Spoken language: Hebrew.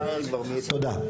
תודה.